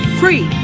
free